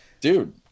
Dude